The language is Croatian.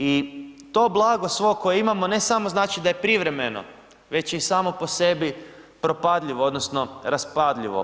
I to blago svo koje imamo ne samo znači da je privremeno već je i samo po sebi propadljivo, odnosno raspadljivo.